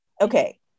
okay